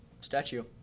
statue